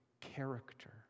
character